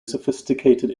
sophisticated